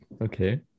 okay